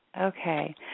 Okay